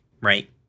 Right